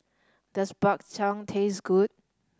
does Bak Chang taste good